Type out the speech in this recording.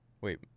Wait